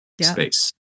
space